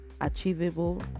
achievable